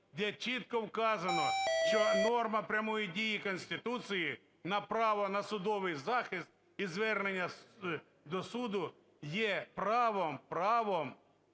де чітко вказано, що норма прямої дії Конституції на право на судовий захист і звернення до суду є правом, правом